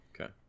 okay